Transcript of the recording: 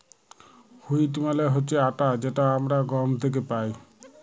wheat মালে হছে আটা যেট আমরা গহম থ্যাকে পাই